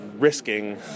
risking